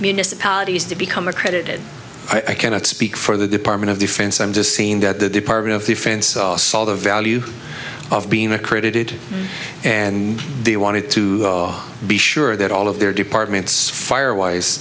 municipalities to become accredited i cannot speak for the department of defense i'm just saying that the department of defense saw the value of being a created and they wanted to be sure that all of their departments fire wise